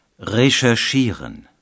Recherchieren